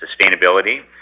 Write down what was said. sustainability